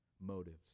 motives